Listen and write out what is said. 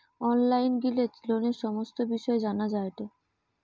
online গিলে লোনের সমস্ত বিষয় জানা যায়টে